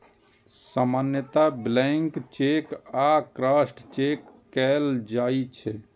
सामान्यतः blank cheque आ crossed cheque जारी कैल जाइ छै